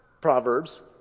Proverbs